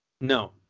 no